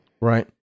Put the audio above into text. Right